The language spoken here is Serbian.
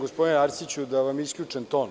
Gospodine Arsiću, kažem da vam je isključen ton.